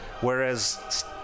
Whereas